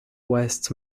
west